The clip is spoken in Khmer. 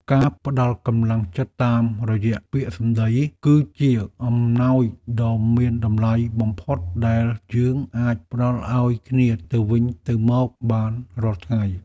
ការផ្ដល់កម្លាំងចិត្តតាមរយៈពាក្យសម្តី គឺជាអំណោយដ៏មានតម្លៃបំផុតដែលយើងអាចផ្ដល់ឱ្យគ្នាទៅវិញទៅមកបានរាល់ថ្ងៃ។